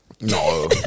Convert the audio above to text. No